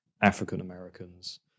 African-Americans